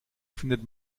findet